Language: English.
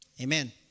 Amen